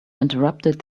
interrupted